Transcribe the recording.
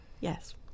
yes